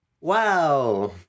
Wow